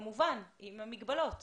כמובן עם המגבלות,